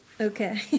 Okay